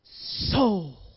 soul